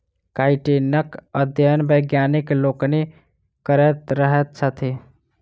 काइटीनक अध्ययन वैज्ञानिक लोकनि करैत रहैत छथि